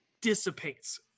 dissipates